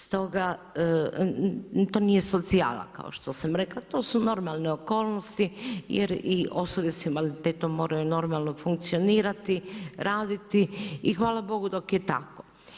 Stoga, to nije socijala kao što sam rekla, to su normalne okolnosti jer i osobe s invaliditetom moraju normalno funkcionirati, raditi i hvala Bogu dok je tako.